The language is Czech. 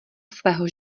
svého